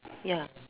ya